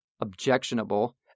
objectionable